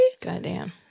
Goddamn